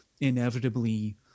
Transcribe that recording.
inevitably